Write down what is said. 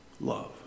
Love